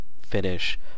finish